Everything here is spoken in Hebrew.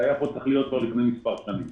זה היה צריך להיות פה כבר לפני מספר שנים.